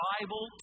Bible